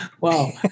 Wow